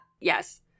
Yes